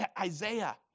Isaiah